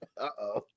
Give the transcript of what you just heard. Uh-oh